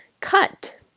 cut